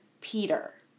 Peter